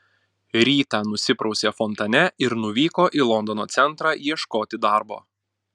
rytą nusiprausė fontane ir nuvyko į londono centrą ieškoti darbo